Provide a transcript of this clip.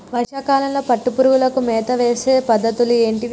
వర్షా కాలంలో పట్టు పురుగులకు మేత వేసే పద్ధతులు ఏంటివి?